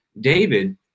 David